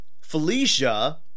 Felicia